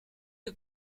you